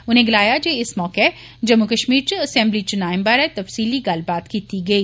उने गलाया जे इस मौके जम्मू कश्मीर च असैंबली चुनाए बारै तफसीली गल्लबात कीती गेई